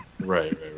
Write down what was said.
right